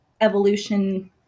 evolution